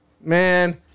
man